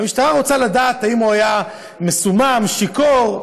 כי המשטרה רוצה לדעת אם הוא היה מסומם או שיכור,